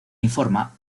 informa